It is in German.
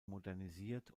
modernisiert